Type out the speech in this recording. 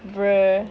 bro